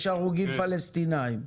יש הרוגים פלסטינאים,